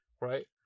right